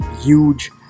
huge